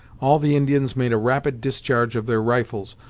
all the indians made a rapid discharge of their rifles,